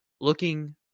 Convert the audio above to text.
looking